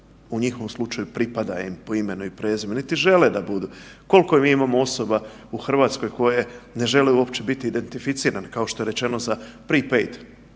u njihovom slučaju pripada im po imenu i prezimenu, niti žele da budu. Kolko mi imamo osoba u RH koje ne žele uopće biti identificirane kao što je rečeno za Prid